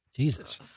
Jesus